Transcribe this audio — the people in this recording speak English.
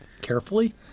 Carefully